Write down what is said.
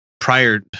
prior